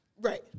Right